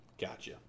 gotcha